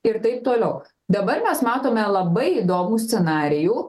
ir taip toliau dabar mes matome labai įdomų scenarijų